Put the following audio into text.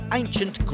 ancient